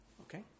okay